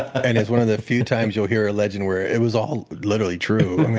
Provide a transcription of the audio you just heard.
and it's one of the few times you'll hear a legend where it was all literally true.